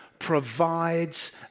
provides